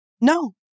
No